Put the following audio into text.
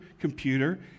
computer